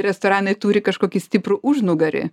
restoranai turi kažkokį stiprų užnugarį